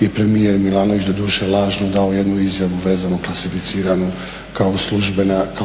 i premijer Milanović, doduše lažno dao jednu izjavu vezanu klasificiranu kao